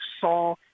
saw